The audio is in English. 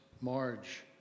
Marge